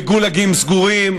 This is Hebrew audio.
בגולגים סגורים,